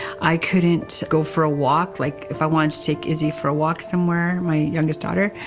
i couldn't go for a walk like if i wanted to take izzy for a walk somewhere my youngest daughter,